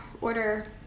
order